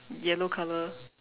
yellow color